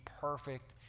perfect